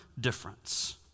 difference